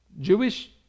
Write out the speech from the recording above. Jewish